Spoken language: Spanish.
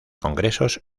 congresos